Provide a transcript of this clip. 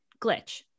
glitch